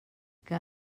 que